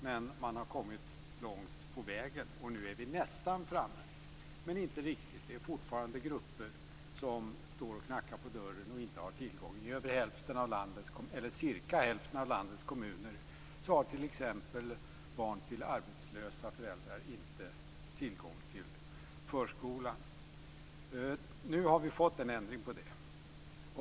Men man har kommit långt på vägen, och nu är vi nästan framme, men inte riktigt. Det är fortfarande grupper som står och knackar på dörren och inte har tillgång till barnomsorg. I cirka hälften av landets kommuner har t.ex. barn till arbetslösa föräldrar inte tillgång till förskolan. Nu har vi fått en ändring på det.